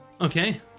okay